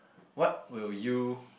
what will you